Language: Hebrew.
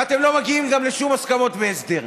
ואתם לא מגיעים גם לשום הסכמות והסדר.